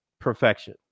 perfection